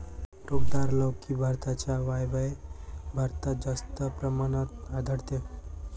टोकदार लौकी भारताच्या वायव्य भागात जास्त प्रमाणात आढळते